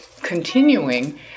continuing